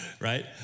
right